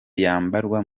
yambarwa